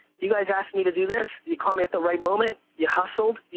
you guys asked me to do this, you call me at the right moment, you hustled,